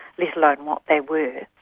let alone what they were,